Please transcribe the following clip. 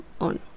on